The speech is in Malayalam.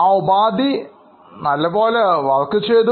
ആ ഉപാധി നല്ലപോലെ വർക്ക് ചെയ്തു